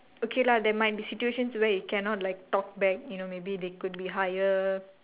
okay lah there might be situations where you cannot like talk back you know maybe they could be higher